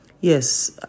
Yes